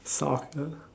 soccer